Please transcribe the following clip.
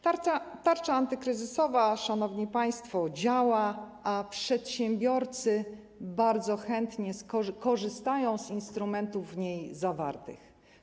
Tarcza antykryzysowa, szanowni państwo, działa, a przedsiębiorcy bardzo chętnie korzystają z instrumentów w niej zawartych.